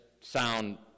sound